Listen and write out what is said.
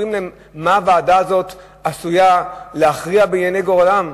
אומרים להם מה הוועדה הזו עשויה להכריע בענייני גורלם?